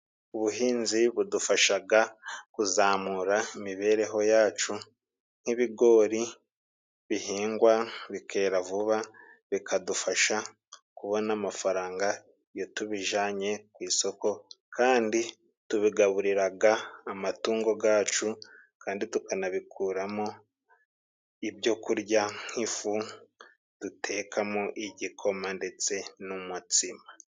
ubuhinzi, budufashaga kuzamura imibereho yacu ,nk'ibigori bihingwa bikera vuba bikadufasha kubona amafaranga iyo tubijanye ku isoko, kandi tubigaburiraga amatungo gacu kandi tukanabikuramo ibyokurya: nk'ifu dutekamo igikoma ,ndetse n'umutsima.